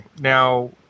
now